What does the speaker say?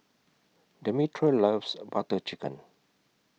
Demetra loves Butter Chicken